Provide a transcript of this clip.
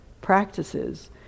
Practices